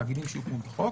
תאגידים שהוקמו בחוק,